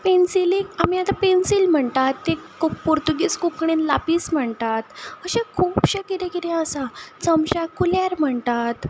पेन्सिलीक आमी आतां पेन्सील म्हणटात ते पोर्तुगीज कोंकणीन लापीस म्हणटात अशें खुबशें किदें किदें आसा चमच्याक कुलेर म्हणटात